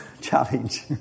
challenge